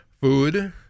food